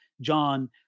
John